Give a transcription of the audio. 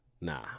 Nah